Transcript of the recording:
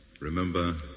Remember